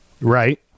Right